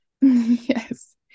Yes